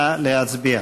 נא להצביע.